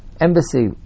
embassy